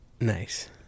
nice